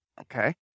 Okay